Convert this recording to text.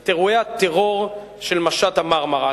את אירועי הטרור של משט ה"מרמרה".